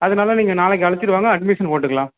அதனால நீங்கள் நாளைக்கு அழைச்சிட்டு வாங்க அட்மிஷன் போட்டுக்கலாம்